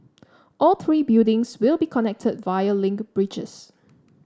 all three buildings will be connected via link bridges